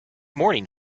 morning